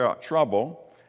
trouble